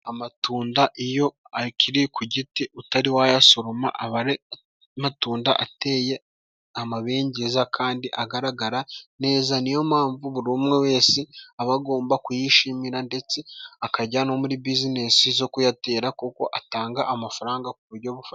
Amatunda iyo akiri ku giti utari wayasoroma, amatunda ateye amabengeza kandi agaragara neza, niyo mpamvu buri umwe wese aba agomba kuyishimira ndetse akajya no muri business zo kuyatera kuko atanga amafaranga ku buryo bufatika.